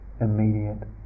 immediate